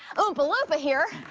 umpa-balumpa here